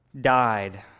died